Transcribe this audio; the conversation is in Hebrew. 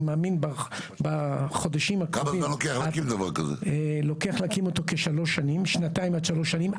אני מאמין בחודשים הקרובים - לוקח להקים אותו כשנתיים עד שלוש שנים.